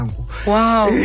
Wow